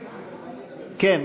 כן.